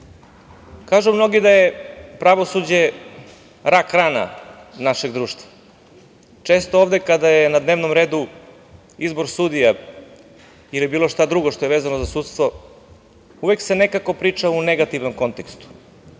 mnogi da je pravosuđe rak rana našeg društva. Često ovde kada je na dnevnom redu izbor sudija ili bilo šta drugo što je vezano za sudstvo, uvek se nekako pričalo u negativnom kontekstu.